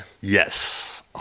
Yes